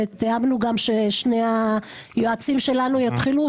ותיאמנו ששני היועצים שלנו יתחילו,